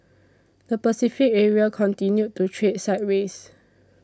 the Pacific area continued to trade sideways